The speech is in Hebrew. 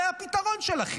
זה הפתרון שלכם.